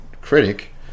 critic